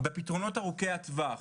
בפתרונות ארוכי הטווח,